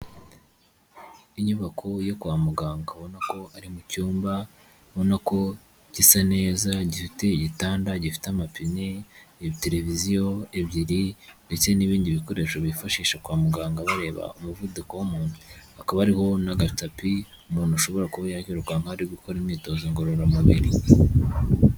Inyubako yo kwa muganga ubona ko ari mu cyumba ubona ko gisa neza gifite igitanda, gifite amapin,e televiziyo ebyiri, ndetse n'ibindi bikoresho bifashisha kwa muganga bareba umuvuduko w'umuntu, hakaba hariho n'agatapi umuntu ashobora kuba yakirukaho ari gukora imyitozo ngororamubiri.